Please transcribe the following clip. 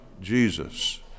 Jesus